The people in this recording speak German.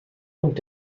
und